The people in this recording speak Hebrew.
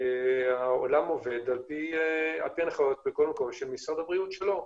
העולם עובד על-פי הנחיות של משרד הבריאות שלו,